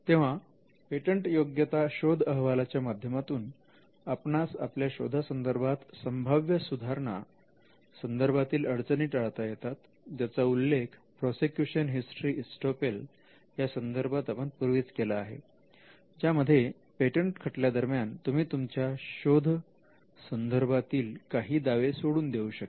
तेव्हा पेटंटयोग्यता शोध अहवालाच्या माध्यमातून आपणास आपल्या शोधा संदर्भात संभाव्य सुधारणा संदर्भातील अडचणी टाळता येतात ज्याचा उल्लेख प्रोसेक्युशन हिस्टरी इस्टॉपेल यासंदर्भात आपण पूर्वीच केला आहे ज्यामध्ये पेटंट खटल्यादरम्यान तुम्ही तुमच्या शोधा संदर्भातील काही दावे सोडून देऊ शकता